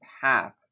paths